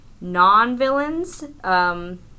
non-villains